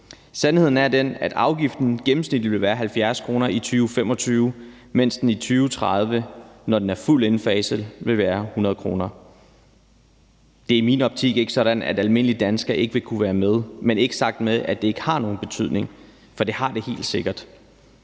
Sandheden er den, at afgiften i 2025 gennemsnitligt vil være 70 kr., mens den i 2030, når den er fuldt indfaset, vil være 100 kr. Det er i min optik ikke sådan, at almindelige danskere ikke vil kunne være med, men dermed ikke sagt, at det ikke har nogen betydning. For det har det helt sikkert.